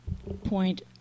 point